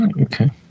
Okay